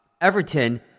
Everton